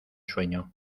sueño